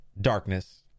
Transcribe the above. Darkness